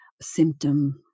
symptom